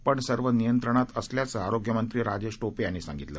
पण सर्व नियंत्रणात असल्याचं आरोग्यमंत्री राजेश शिपे यांनी सांगितलं